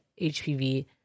HPV